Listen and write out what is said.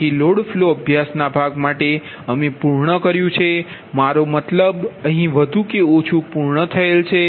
તેથી load flow અભ્યાસના ભાગ માટે અમે પૂર્ણ કર્યું છે મારો મતલબ અહીં વધુ કે ઓછું પૂર્ણ થયેલ છે